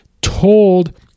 told